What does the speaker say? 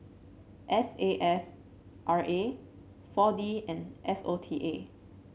S A F R A four D and S O T A